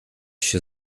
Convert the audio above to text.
się